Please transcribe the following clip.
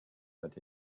not